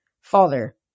Father